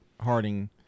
Harding